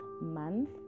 Month